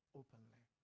openly